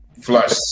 flush